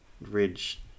Ridge